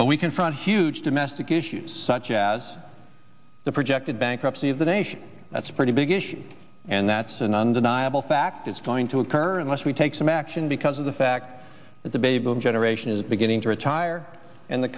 and we confront huge domestic issues such as the projected bankruptcy of the nation that's a pretty big issue and that's an undeniable fact it's going to occur unless we take some action because of the fact that the baby boom generation is beginning to retire and the